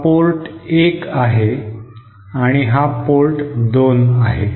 हा पोर्ट 1 आहे आणि हा पोर्ट 2 आहे